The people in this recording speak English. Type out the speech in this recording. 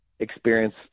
experience